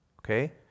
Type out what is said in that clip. Okay